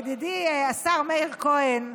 ידידי השר מאיר כהן,